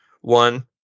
one